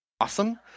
awesome